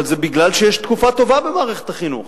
אבל זה מפני שיש תקופה טובה במערכת החינוך,